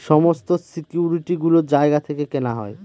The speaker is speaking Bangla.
সমস্ত সিকিউরিটি গুলো জায়গা থেকে কেনা হয়